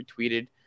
retweeted